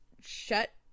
shut